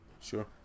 Sure